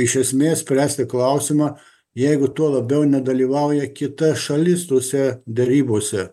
iš esmės spręsti klausimą jeigu tuo labiau nedalyvauja kita šalis tose derybose